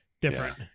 different